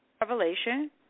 Revelation